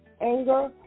anger